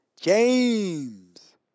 James